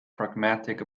pragmatic